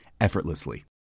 effortlessly